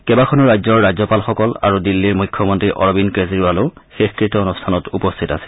কেবাখনো ৰাজ্যৰ ৰাজ্যপালসকল আৰু দিল্লীৰ মুখ্যমন্ত্ৰী অৰবিন্দ কেজৰিৱালো শেষ কৃত্য অনুষ্ঠানত উপস্থিত আছিল